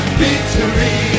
victory